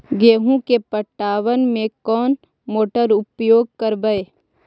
गेंहू के पटवन में कौन मोटर उपयोग करवय?